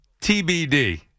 TBD